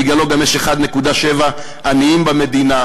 בגללו גם יש 1.7 מיליון עניים במדינה.